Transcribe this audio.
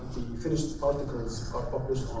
the finished articles are published